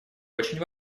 очень